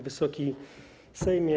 Wysoki Sejmie!